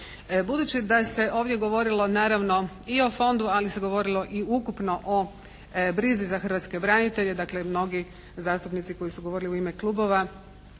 Budući da se ovdje govorilo naravno i o fondu ali se govorilo i ukupno o brizi za hrvatske branitelje dakle, mnogi zastupnici koji su govorili u ime klubova